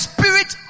Spirit